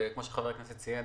וכמו שחבר הכנסת ציין,